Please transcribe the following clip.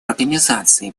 организации